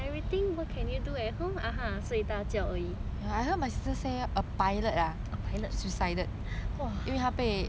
睡大觉而已 !wah! oh ya true lah 现在